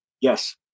Yes